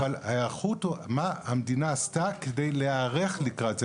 אבל ההיערכות מה המדינה עשתה כדי להיערך לקראת זה,